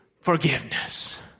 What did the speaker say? forgiveness